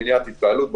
מניעת התקהלות.